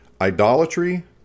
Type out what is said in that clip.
idolatry